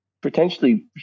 potentially